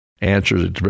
answers